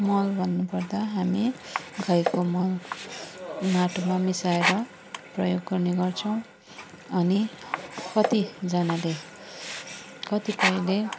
मल भन्नु पर्दा हामी गाईको मल माटोमा मिसाएर प्रयोग गर्ने गर्छौँ अनि कतिजनाले कतिपयले